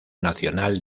nacional